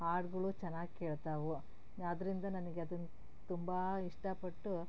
ಹಾಡ್ಗಳು ಚೆನ್ನಾಗಿ ಕೇಳ್ತಾವೆ ಆದ್ದರಿಂದ ನನ್ಗೆ ಅದನ್ನು ತುಂಬ ಇಷ್ಟಪಟ್ಟು